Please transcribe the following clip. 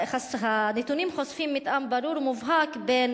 הנתונים חושפים מתאם ברור ומובהק בין